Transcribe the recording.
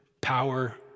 power